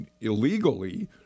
illegally